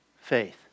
faith